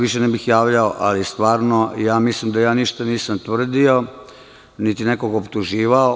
Više se ne bih javljao, ali stvarno mislim da ja ništa nisam tvrdio, niti nekoga optuživao.